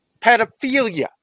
pedophilia